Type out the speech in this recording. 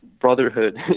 brotherhood